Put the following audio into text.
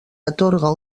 atorga